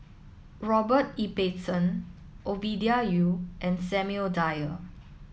Robert Ibbetson Ovidia Yu and Samuel Dyer